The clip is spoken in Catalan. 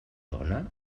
dona